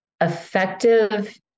effective